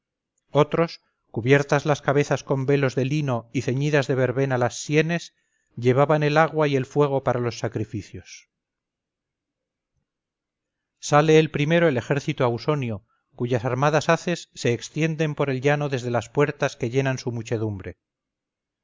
otros cubiertas las cabezas con velos de lino y ceñidas de verbena las sienes llevaban el agua y el fuego para los sacrificios sale el primero el ejército ausonio cuyas armadas haces se extienden por el llano desde las puertas que llenan su muchedumbre